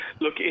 Look